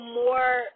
more